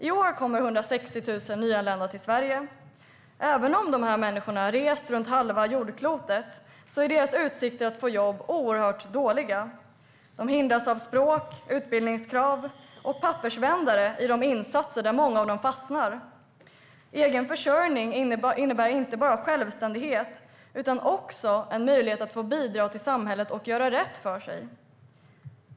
I år kommer 160 000 nyanlända till Sverige. Även om dessa människor har rest runt halva jordklotet är deras utsikter att få jobb oerhört dåliga. De hindras av språk, utbildningskrav och pappersvändare i de insatser där många av dem fastnar. Egen försörjning innebär inte bara självständighet för en människa utan också en möjlighet att bidra till samhället och göra rätt för sig.